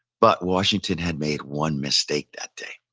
but washington had made one mistake that day.